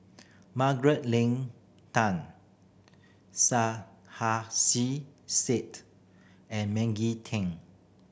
Margaret Leng Tan Said and Maggie Teng